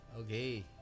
Okay